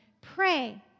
pray